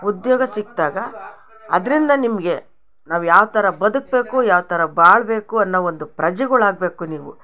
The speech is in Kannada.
ಉದ್ಯೋಗ ಸಿಕ್ದಾಗ ಅದರಿಂದ ನಿಮಗೆ ನಾವು ಯಾವ್ಥರ ಬದುಕಬೇಕು ಯಾವ್ಥರ ಬಾಳಬೇಕು ಅನ್ನೋ ಒಂದು ಪ್ರಜೆಗುಳಾಗಬೇಕು ನೀವು